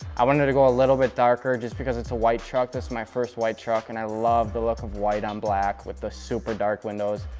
i wanted to go a little bit darker just because it's a white truck. this was my first white truck and i loved the look of white on black with the super-dark windows.